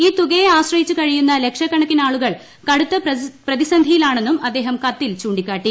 ഈ തുകയെ ആശ്രയിച്ച് ലക്ഷക്കണക്കിനാളുകൾ കഴിയുന്ന കടുത്ത പ്രതിസന്ധിയിലാണെന്നും അദ്ദേഹം കത്തിൽ ചൂണ്ടിക്കാട്ടി